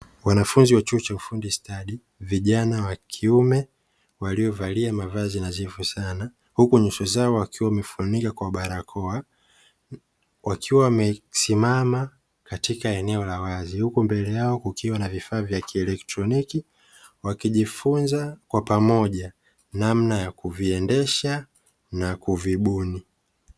Wanafunzi wa chuo cha ufundi stadi vijana wa kiume waliovalia mavazi nadhifu sana, huku nyuso zao wakiwa wamefuinika kwa barakoa, wakiwa wamesimama katika eneo la wazi huku mbele yao kukiwa na vifaa vya kieleteoniki, wakijifunza kwa pamoja namna ya kuviendesha na kuvibuni.